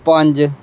ਪੰਜ